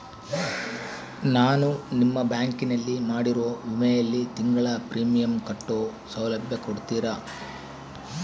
ನಾನು ನಿಮ್ಮ ಬ್ಯಾಂಕಿನಲ್ಲಿ ಮಾಡಿರೋ ವಿಮೆಯಲ್ಲಿ ತಿಂಗಳ ಪ್ರೇಮಿಯಂ ಕಟ್ಟೋ ಸೌಲಭ್ಯ ಕೊಡ್ತೇರಾ?